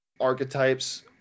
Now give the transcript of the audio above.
archetypes